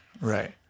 right